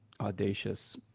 audacious